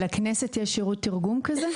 לכנסת יש שירות תרגום כזה?